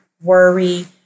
worry